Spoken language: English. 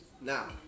Now